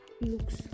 looks